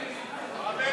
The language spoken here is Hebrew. נתקבלה.